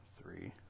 three